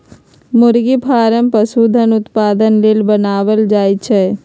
मुरगि फारम पशुधन उत्पादन लेल बनाएल जाय छै